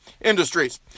Industries